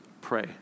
pray